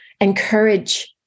encourage